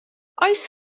oes